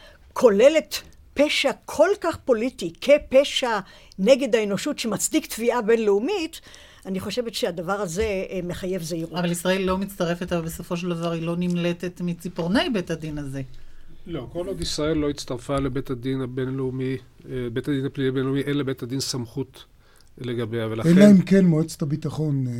כוללת פשע כל כך פוליטי, כפשע נגד האנושות, שמצדיק תביעה בינלאומית, אני חושבת שהדבר הזה, אה, מחייב זהירות. אבל ישראל לא מצטרפת, אבל בסופו של דבר היא לא נמלטת מציפורני בית הדין הזה. לא, כל עוד ישראל לא הצטרפה לבית הדין הבינלאומי, אה, בית הדין הפלילי הבינלאומי, אין לבית הדין סמכות לגביה, ולכן- אלא אם כן מועצת הביטחון-